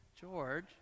George